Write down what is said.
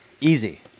easy